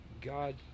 God